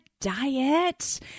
diet